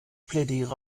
plädiere